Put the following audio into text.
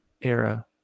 era